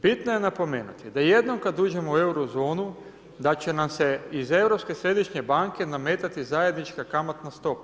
Bitno je napomenuti da jednom kad uđemo u Eurozonu, da će nam se iz Europske središnje banke nametati zajednička kamatna stopa.